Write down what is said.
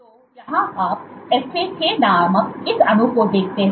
तो यहां आप FAK नामक इस अणु को देखते हैं